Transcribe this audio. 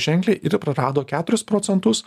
ženkliai ir prarado keturis procentus